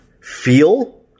feel